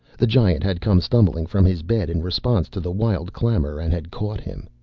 the giant had come stumbling from his bed in response to the wild clamor and had caught him.